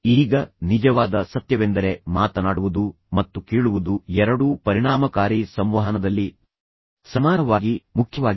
ಈಗ ನಿಜವಾದ ಸತ್ಯವೆಂದರೆ ಮಾತನಾಡುವುದು ಮತ್ತು ಕೇಳುವುದು ಎರಡೂ ಪರಿಣಾಮಕಾರಿ ಸಂವಹನದಲ್ಲಿ ಸಮಾನವಾಗಿ ಮುಖ್ಯವಾಗಿದೆ